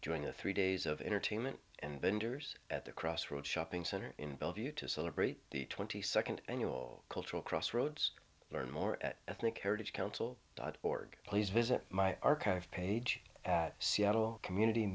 during the three days of entertainment and vendors at the crossroads shopping center in bellevue to celebrate the twenty second annual cultural crossroads learn more at ethnic heritage council dot org please visit my archive page at seattle community